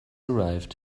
arrived